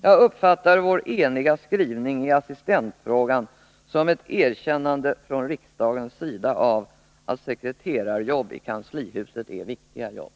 Jag uppfattar vår eniga skrivning i assistentfrågan som ett erkännande från riksdagens sida av att sekreterarjobb i kanslihuset är viktiga jobb.